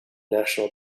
national